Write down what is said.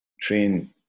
Train